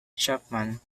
chapman